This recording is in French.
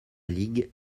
league